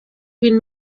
vint